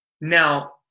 Now